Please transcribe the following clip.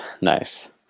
Nice